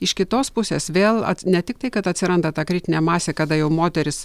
iš kitos pusės vėl ne tik tai kad atsiranda ta kritinė masė kada jau moterys